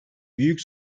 büyük